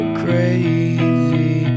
crazy